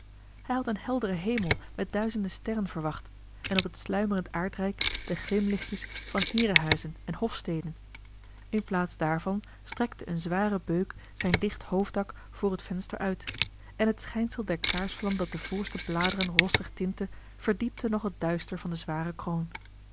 hij had een helderen hemel met duizende sterren verwacht en op het sluimerend aardrijk de glimlichtjes van heerenhuizen en hofsteden in plaats daarvan strekte een zware beuk zijn dicht hoofdak voor het venster uit en het schijnsel der kaarsvlam dat de voorste bladeren rossig tintte verdiepte nog het duister van de zware kroon